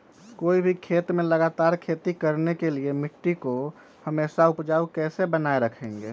कोई भी खेत में लगातार खेती करने के लिए मिट्टी को हमेसा उपजाऊ कैसे बनाय रखेंगे?